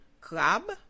crab